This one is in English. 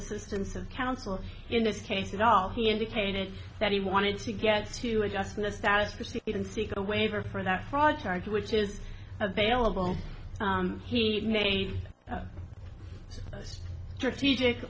assistance of counsel in this case at all he indicated that he wanted to get to adjust the status proceed and seek a waiver for that fraud charge which is available he made a strategic